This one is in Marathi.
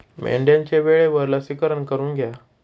मेंढ्यांचे वेळेवर लसीकरण करून घ्या